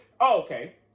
Okay